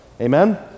Amen